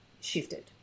shifted